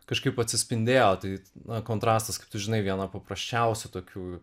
kažkaip atsispindėjo tai na kontrastas kaip tu žinai viena paprasčiausių tokių